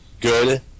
Good